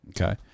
Okay